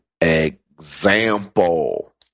example